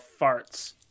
farts